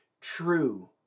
true